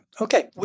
Okay